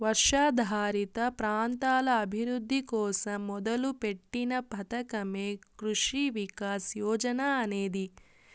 వర్షాధారిత ప్రాంతాల అభివృద్ధి కోసం మొదలుపెట్టిన పథకమే కృషి వికాస్ యోజన అనేది